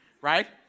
right